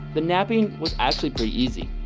the napping was actually pretty easy.